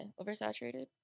Oversaturated